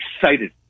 excited